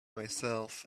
myself